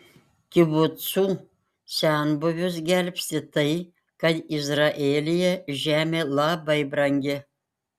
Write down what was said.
kibucų senbuvius gelbsti tai kad izraelyje žemė labai brangi